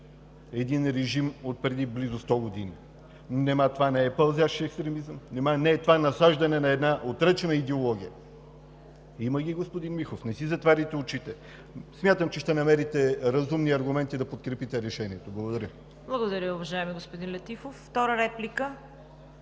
един режим отпреди близо 100 години? Нима това не е пълзящ екстремизъм? Нима не е това насаждане на една отречена идеология? Има ги, господин Михов, не си затваряйте очите. Смятам, че ще намерите разумни аргументи да подкрепите решението. Благодаря. ПРЕДСЕДАТЕЛ ЦВЕТА КАРАЯНЧЕВА: Благодаря, уважаеми господин Летифов. Втора реплика?